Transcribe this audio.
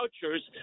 vouchers